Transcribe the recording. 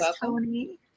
Tony